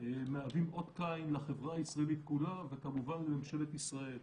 מהווים אות קין לחברה הישראלי כולה וכמובן לממשלת ישראל.